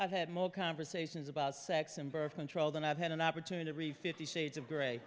i've had more conversations about sex and birth control than i've had an opportunity to read fifty shades of gr